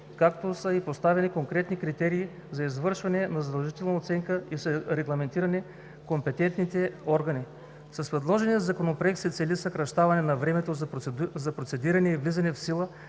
както и са поставени конкретни критерии за извършване на задължителна оценка и са регламентирани компетентните органи. С предложения Законопроект се цели съкращаване на времето за процедиране и влизане в сила